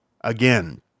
Again